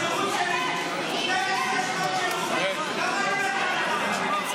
12 שנות שירות,